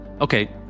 Okay